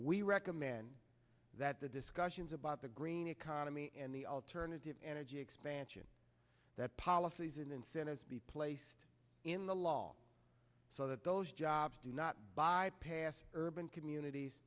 recommend that the discussions about the green economy and the alternative energy expansion that policies and incentives be placed in the law so that those jobs do not bypass urban communities